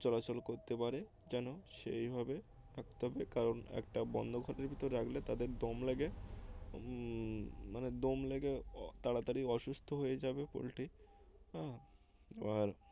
চলাচল করতে পারে যেন সেইভাবে রাখতে হবে কারণ একটা বন্ধ ঘরের ভিতর রাখলে তাদের দম লেগে মানে দম লেগে তাড়াতাড়ি অসুস্থ হয়ে যাবে পোলট্রি হ্যাঁ আর